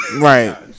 Right